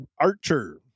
Archer